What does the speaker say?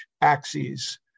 axes